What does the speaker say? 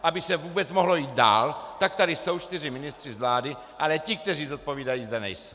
Aby se vůbec mohlo jít dál, tak tady jsou čtyři ministři z vlády, ale ti, kteří zodpovídají, zde nejsou.